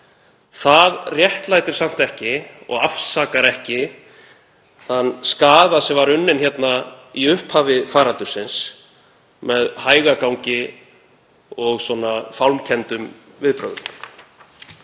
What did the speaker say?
Það réttlætir samt ekki og afsakar ekki þann skaða sem var unninn hérna í upphafi faraldursins með hægagangi og fálmkenndum viðbrögðum.